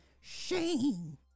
Shame